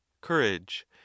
courage